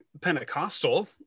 Pentecostal